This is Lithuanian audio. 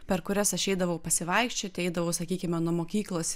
per kurias aš eidavau pasivaikščioti eidavau sakykime nuo mokyklos